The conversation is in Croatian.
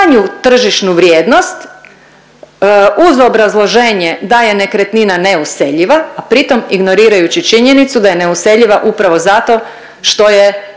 manju tržišnu vrijednost uz obrazloženje da je nekretnina neuseljiva, a pritom ignorirajući činjenicu da je neuseljiva upravo zato što je podnositelj